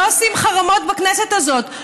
לא עושים חרמות בכנסת הזאת,